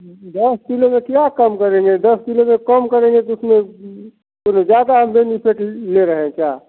दस किलो में क्या कम करेंगे दस किलो में कम करेंगे तो उसमें पूरे ज़्यादा हम बेनिफिट ले रहे हैं क्या